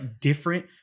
different